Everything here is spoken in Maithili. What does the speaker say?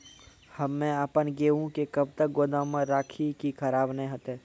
हम्मे आपन गेहूँ के कब तक गोदाम मे राखी कि खराब न हते?